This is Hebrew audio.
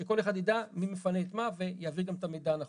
שכל אחד ידע מי מפנה את מי ויעביר גם את המידע הנכון.